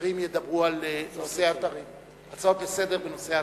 חברים ידברו על הצעות לסדר-היום בנושא אתרים.